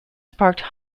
sparked